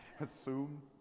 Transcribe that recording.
assume